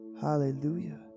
Hallelujah